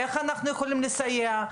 איך אנחנו יכולים לסייע?